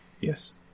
Yes